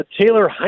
Taylor